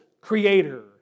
Creator